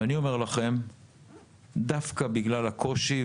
ואני אומר לכם שדווקא בגלל הקושי,